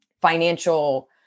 financial